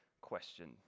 question